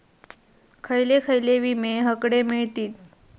खयले खयले विमे हकडे मिळतीत?